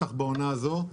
ובטח בעונה הזאת,